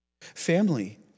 Family